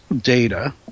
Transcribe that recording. data